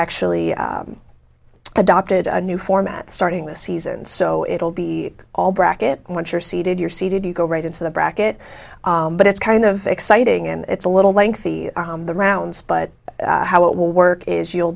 actually adopted a new format starting this season so it'll be all bracket and once you're seated you're seated you go right into the bracket but it's kind of exciting and it's a little lengthy the rounds but how it will work is you'll